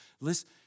Listen